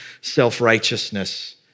self-righteousness